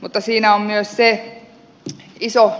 mutta siinä on myös se iso